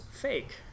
fake